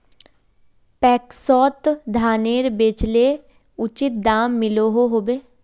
पैक्सोत धानेर बेचले उचित दाम मिलोहो होबे?